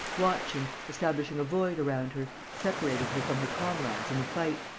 watching, establishing a void around her, separating her from her comrades in the fight,